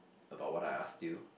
about what I asked you